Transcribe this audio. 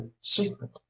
secret